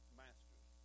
masters